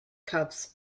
cups